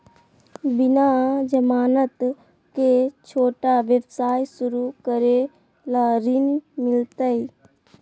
बिना जमानत के, छोटा व्यवसाय शुरू करे ला ऋण मिलतई?